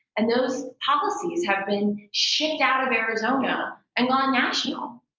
and those policies have been shipped out of arizona and gone national.